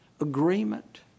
agreement